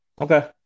Okay